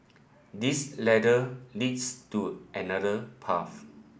this ladder leads to another path